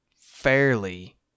fairly